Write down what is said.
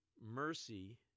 mercy